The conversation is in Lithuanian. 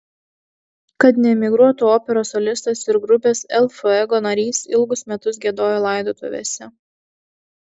kad neemigruotų operos solistas ir grupės el fuego narys ilgus metus giedojo laidotuvėse